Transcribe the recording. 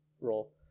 role